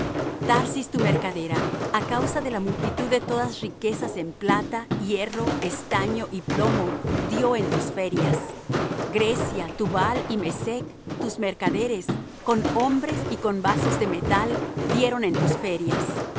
tarsis tu mercadera á causa de la multitud de todas riquezas en plata hierro estaño y plomo dió en tus ferias grecia tubal y mesec tus mercaderes con hombres y con vasos de metal dieron en tus ferias